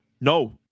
No